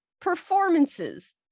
performances